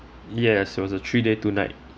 yes it was a three day two night